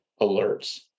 alerts